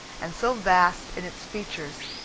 and so vast in its features,